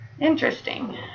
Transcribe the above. Interesting